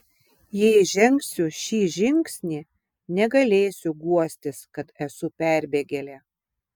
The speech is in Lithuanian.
jei žengsiu šį žingsnį negalėsiu guostis kad esu perbėgėlė